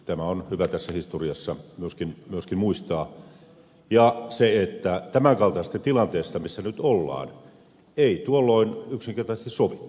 tämä on hyvä tässä historiassa myöskin muistaa ja se että tämän kaltaisesta tilanteessa missä nyt ollaan ei tuolloin yksinkertaisesti sovittu